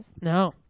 No